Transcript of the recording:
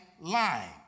lying